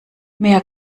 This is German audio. mehr